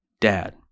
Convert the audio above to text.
dad